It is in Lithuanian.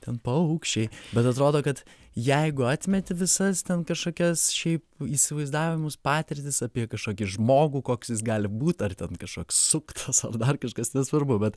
ten paukščiai bet atrodo kad jeigu atmeti visas ten kažkokias šiaip įsivaizdavimus patirtis apie kažkokį žmogų koks jis gali būt ar ten kažkoks suktas ar dar kažkas nesvarbu bet